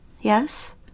Yes